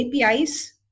APIs